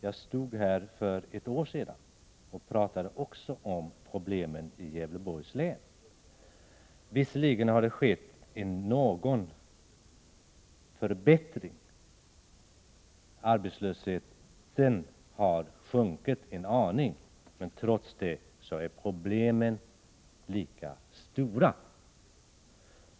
Jag stod här för ett år sedan och talade också då om problemen i Gävleborgs län. Visserligen har det skett någon förbättring — arbetslösheten har sjunkit en aning —, men trots det är problemen lika stora.